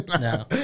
No